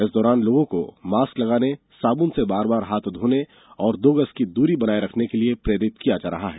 इस दौरान लोगों को मास्क लगाने साबनु से बार बार हाथ धोने और दो गज की दूरी बनाये रखने के लिए प्रेरित किया जा रहा है